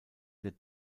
der